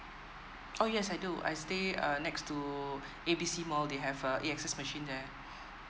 orh yes I do I stay err next to A B C malll they have uh A_X_S machine there